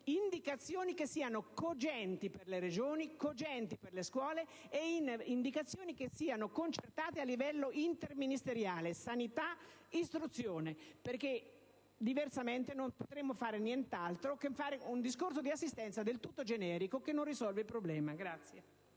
indicazioni che siano cogenti per le Regioni e cogenti per le scuole, e di indicazioni che siano concertate a livello interministeriale, della sanità e dell'istruzione. Diversamente, infatti, non potremmo fare nient'altro che un discorso di assistenza del tutto generico, che non risolve il problema.